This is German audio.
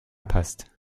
passt